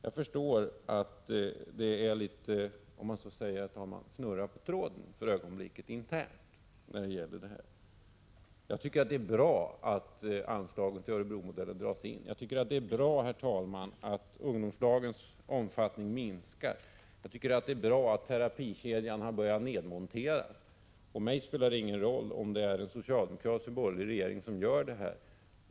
Jag förstår, Mona Sahlin, att det är en liten fnurra på tråden för ögonblicket internt i den här frågan. Jag tycker att det är bra att anslaget till Örebromodellen dras in. Jag tycker att det är bra att ungdomslagens omfattning minskar. Jag tycker att det är bra att terapikedjan har börjat nedmonteras. Mig spelar det ingen roll, om det är en socialdemokratisk eller en borgerlig regering som gör det.